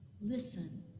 listen